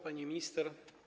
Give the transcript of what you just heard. Pani Minister!